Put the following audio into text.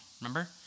Remember